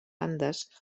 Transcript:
andes